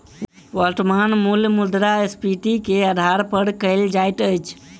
वर्त्तमान मूल्य मुद्रास्फीति के आधार पर कयल जाइत अछि